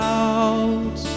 out